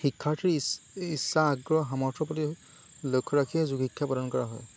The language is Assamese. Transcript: শিক্ষাৰ্থীৰ ইচ ইচ্ছা আগ্ৰহ সামৰ্থৰ প্ৰতি লক্ষ্য ৰাখিয়ে যোগ শিক্ষা প্ৰদান কৰা হয়